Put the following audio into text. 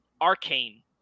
Arcane